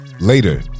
Later